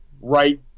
right